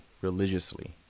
religiously